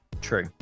True